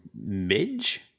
Midge